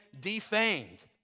defamed